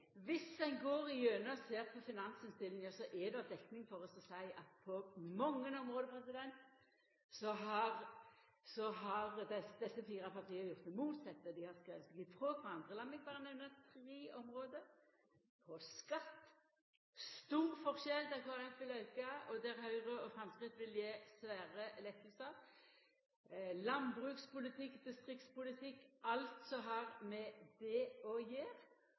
Viss ein går gjennom og ser på finansinnstillinga, er det dekning for å seia at på mange område har desse fire partia gjort det motsette, dei har skrive seg frå kvarandre. Lat meg berre nemna tre område: På skatt er det stor forskjell – Kristeleg Folkeparti vil auka, og Høyre og Framstegspartiet vil gje svære lettar, i landbruks- og distriktspolitikken – alt som har med det å